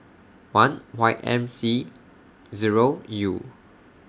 one Y M C Zero U